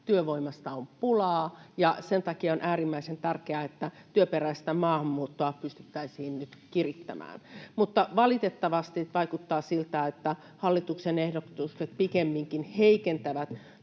työvoimasta on pulaa. Sen takia on äärimmäisen tärkeää, että työperäistä maahanmuuttoa pystyttäisiin nyt kirittämään. Mutta valitettavasti vaikuttaa siltä, että hallituksen ehdotukset pikemminkin heikentävät